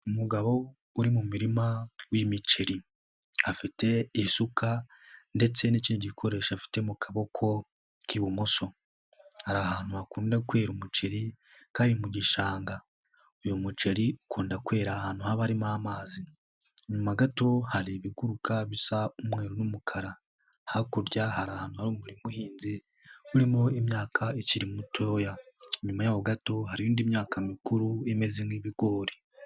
Umugabo uri mu murima w'imiceri, afite isuka ndetse n'ikindi gikoresho afite mu kaboko k'ibumoso. Ari ahantu hakunda kwera umuceri kandi mu gishanga. Uyu muceri ukunda kwera ahantu haba harimo amazi. Inyuma gato hari ibiguruka bisa n'umukara, hakurya hari ahantu hari umuhinzi uri mu imyaka ikiri mitoya. Inyuma yaho gato hari indi myaka mikuru imeze nk'ibigori.